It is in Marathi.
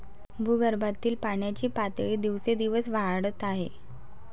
भूगर्भातील पाण्याची पातळी दिवसेंदिवस वाढत आहे